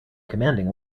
commanding